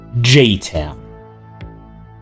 G-Town